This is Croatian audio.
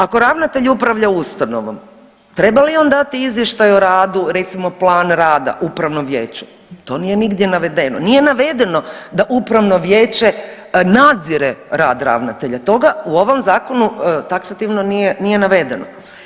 Ako ravnatelj upravlja ustanovom treba li on dati izvještaj o radu recimo plan rada upravnom vijeću, to nije nigdje navedeno, nije navedeno da upravno vijeće nadzire rad ravnatelja, toga u ovom zakonu taksativno nije navedeno.